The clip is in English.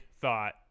thought